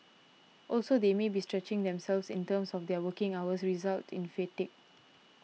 also they may be stretching themselves in terms of their work hours result in fatigue